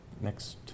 next